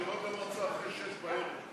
ישיבות מועצה הן רק אחרי השעה 18:00,